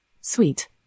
Sweet